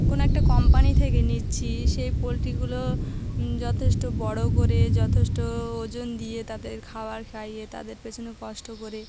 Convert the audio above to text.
কোনো একটা কোম্পানি থেকে নিচ্ছি সেই পোলট্রিগুলো যথেষ্ট বড় করে যথেষ্ট ওজন দিয়ে তাদের খাবার খাইয়ে তাদের পেছনে কষ্ট করে